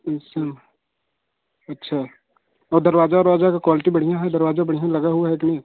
अच्छा अच्छा और दरवाज़े उरवाजे की क्वालिटी बढ़िया है दरवाज़ा बढ़िया लगा हुआ है कि नहीं